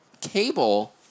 cable